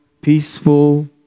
peaceful